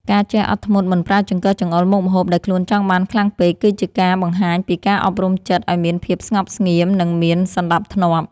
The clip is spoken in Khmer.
ការចេះអត់ធ្មត់មិនប្រើចង្កឹះចង្អុលមុខម្ហូបដែលខ្លួនចង់បានខ្លាំងពេកគឺជាការបង្ហាញពីការអប់រំចិត្តឱ្យមានភាពស្ងប់ស្ងៀមនិងមានសណ្តាប់ធ្នាប់។